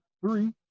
three